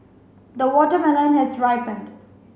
the watermelon has ripened